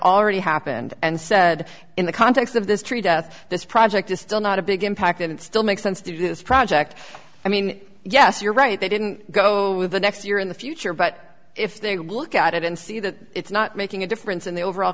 already happened and said in the context of this tree death this project is still not a big impact that it still makes sense to do this project i mean yes you're right they didn't go with the next year in the future but if they look at it and see that it's not making a difference in the overall